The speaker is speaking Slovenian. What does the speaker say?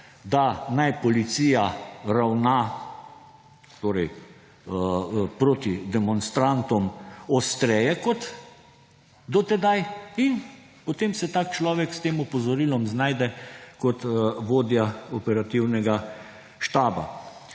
da naj policija ravna proti demonstrantom ostreje kot do tedaj; in potem se tak človek s tem opozorilom znajde kot vodja operativnega štaba.